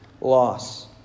loss